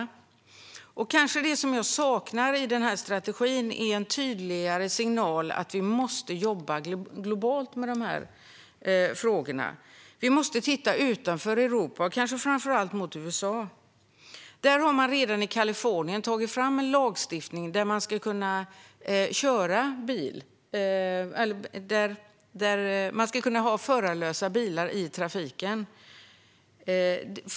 Det jag kanske saknar i denna strategi är en tydligare signal om att vi måste jobba globalt med dessa frågor. Vi måste titta utanför Europa och kanske framför allt mot USA. Där har man i Kalifornien redan tagit fram en lagstiftning för hur man ska kunna ha förarlösa bilar i trafiken.